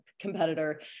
competitor